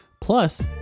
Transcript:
plus